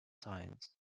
science